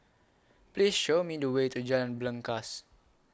Please Show Me The Way to Jalan Belangkas